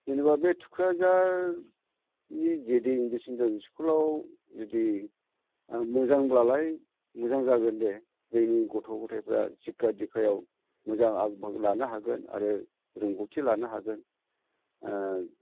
जेनेबा बे थुख्राजार जि दि इंलिस मिडियाम स्कुलाव जुदि मोजांब्लालाय मोजां जागोन दे जोंनि गथ' गथायफ्रा सिख्खा दिख्खायाव मोजां आग बाहागो लानो हागोन आरो रोंगौथि लानो हागोन